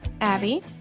Abby